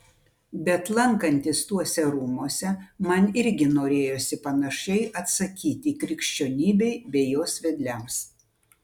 bet lankantis tuose rūmuose man irgi norėjosi panašiai atsakyti krikščionybei bei jos vedliams